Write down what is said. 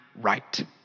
right